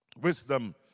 Wisdom